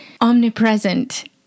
omnipresent